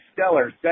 stellar